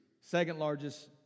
second-largest